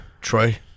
Troy